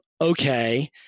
okay